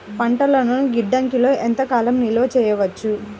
పంటలను గిడ్డంగిలలో ఎంత కాలం నిలవ చెయ్యవచ్చు?